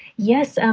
yes, and